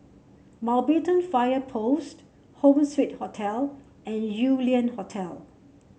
Mountbatten Fire Post Home Suite Hotel and Yew Lian Hotel